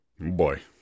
Boy